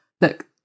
Look